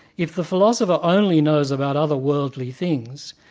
if the philosopher only knows about other worldly things,